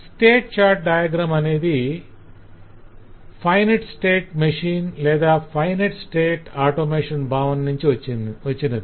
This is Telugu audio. స్టేట్ చార్ట్ డయాగ్రం అనేది finite state machine Finite State Machine FSM లేదా ఫైనెట్ స్టేట్ ఆటోమేషన్ భావన నుంచి వచ్చినది